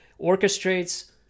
orchestrates